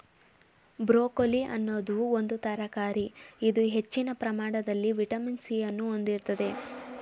broccoli ಅನ್ನೋದು ಒಂದು ತರಕಾರಿ ಇದು ಹೆಚ್ಚಿನ ಪ್ರಮಾಣದಲ್ಲಿ ವಿಟಮಿನ್ ಸಿ ಅನ್ನು ಹೊಂದಿರ್ತದೆ